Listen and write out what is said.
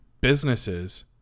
businesses